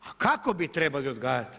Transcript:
A kako bi trebalo odgajati?